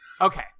Okay